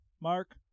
Mark